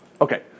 Okay